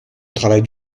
travaille